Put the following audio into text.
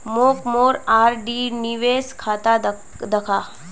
मोक मोर आर.डी निवेश खाता दखा